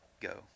go